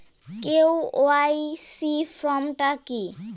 KYC form টা কি?